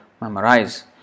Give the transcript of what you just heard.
memorize